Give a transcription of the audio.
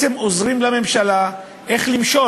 אנחנו בעצם עוזרים לממשלה למשול.